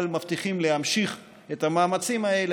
אבל מבטיחים להמשיך את המאמצים האלה.